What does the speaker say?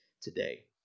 today